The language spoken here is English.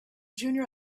junior